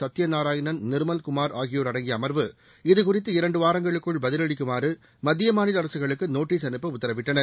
சத்தியநாராயணன் நிர்மல்குமார் ஆகியோர் அடங்கிய அமர்வு இது குறித்து இரண்டு வாரங்களுக்குள் பதிலளிக்குமாறு மத்திய மாநில அரசுகளுக்கு நோட்டீஸ் அனுப்ப உத்தரவிட்டனர்